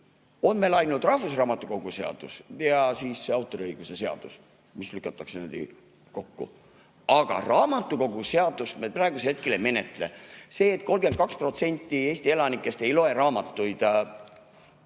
on meil ainult rahvusraamatukogu seadus ja autoriõiguse seadus, mis lükatakse kokku. Aga raamatukoguseadust me praegu ei menetle. Seda, et 32% Eesti elanikest ei loe raamatuid,